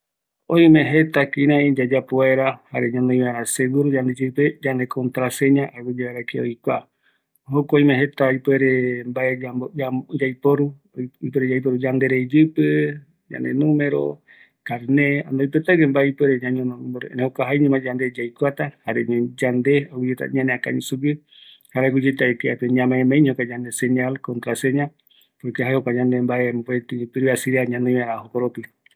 Möpetï ñanoi vaera contraseña, öime jeta kɨraɨ yayapo vaera, öimeta yandere rupi, erei yandeño yaikuavaera, aguiye ara kia oike nde yaiporuape